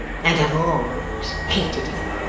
and have always hated him,